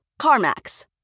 Carmax